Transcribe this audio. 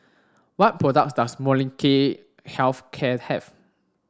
what product does Molnylcke Health Care have